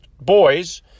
boys